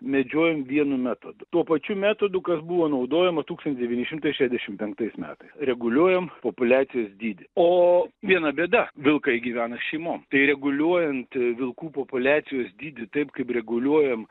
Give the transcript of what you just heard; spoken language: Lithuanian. medžiojam vienu metodu tuo pačiu metodu kas buvo naudojama tūkstantis devyni šimtai šešiasdešimt penktais metais reguliuojam populiacijos dydį o viena bėda vilkai gyvena šeimom tai nereguliuojant vilkų populiacijos dydį taip kaip reguliuojam